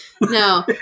No